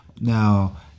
Now